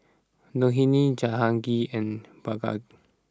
Dhoni Jehangirr and Bhagat